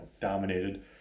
dominated